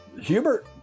Hubert